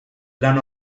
lan